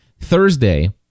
Thursday